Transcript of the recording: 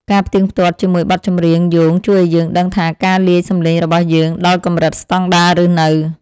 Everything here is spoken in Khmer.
ការផ្ទៀងផ្ទាត់ជាមួយបទចម្រៀងយោងជួយឱ្យយើងដឹងថាការលាយសំឡេងរបស់យើងដល់កម្រិតស្ដង់ដារឬនៅ។